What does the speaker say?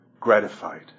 gratified